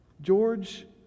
George